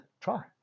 try